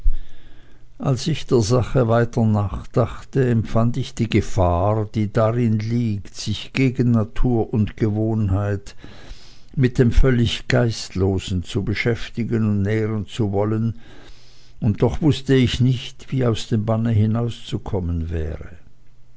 als ich der sache weiter nachdachte empfand ich die gefahr die darin liegt sich gegen natur und gewohnheit mit dem völlig geistlosen beschäftigen und nähren zu wollen und doch wußte ich nicht wie aus dem banne hinauszukommen wäre